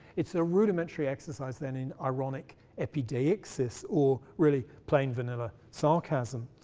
it's a rudimentary exercise, then, in ironic epideixis, or really plain vanilla sarcasm,